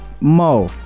Mo